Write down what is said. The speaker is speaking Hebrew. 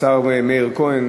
השר מאיר כהן,